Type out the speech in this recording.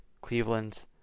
Cleveland